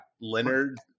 Leonard